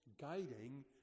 guiding